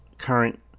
current